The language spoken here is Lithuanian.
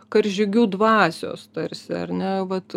karžygių dvasios tarsi ar ne vat